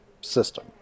system